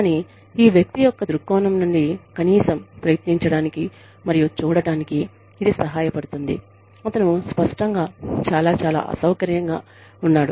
కానీ ఈ వ్యక్తి యొక్క దృక్కోణం నుండి కనీసం ప్రయత్నించడానికి మరియు చూడటానికి ఇది సహాయపడుతుంది అతను స్పష్టంగా చాలా చాలా అసౌకర్యంగా ఉన్నాడు